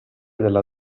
della